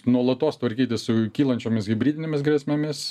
nuolatos tvarkytis su kylančiomis hibridinėmis grėsmėmis